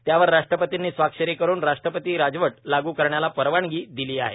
त्यावर राष्ट्रपतींनी स्वाक्षरी करून राष्ट्रपती राजवट लागू करण्याला परवानगी दिली आहे